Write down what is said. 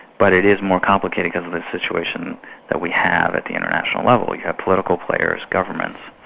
but it is more complicated because of this situation that we have at the international level we have political players, governments,